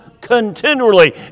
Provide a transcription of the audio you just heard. continually